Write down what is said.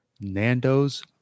Nando's